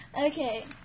Okay